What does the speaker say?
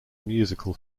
musical